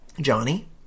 Johnny